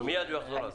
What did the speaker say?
מייד הוא יחזור על זה.